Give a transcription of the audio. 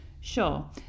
Sure